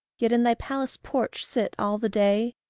yet in thy palace-porch sit all the day?